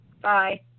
Bye